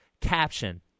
Caption